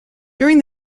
during